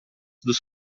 dos